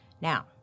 Now